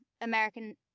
American